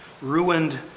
ruined